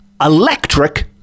electric